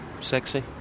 sexy